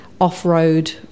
off-road